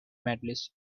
medallist